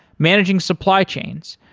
managing supply chains,